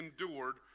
endured